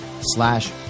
slash